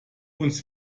uns